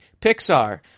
Pixar